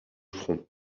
front